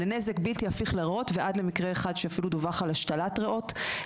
לנזק בלתי הפיך לריאות ועד למקרה אחד שאפילו דווח על השתלת ריאות.